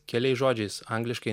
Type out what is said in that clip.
keliais žodžiais angliškai